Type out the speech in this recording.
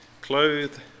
Clothed